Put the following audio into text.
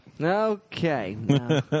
Okay